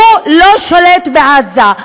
הוא לא שולט בעזה,